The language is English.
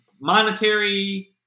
monetary